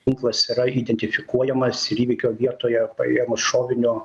ginklas yra identifikuojamas ir įvykio vietoje paėmus šovinio